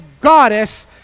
goddess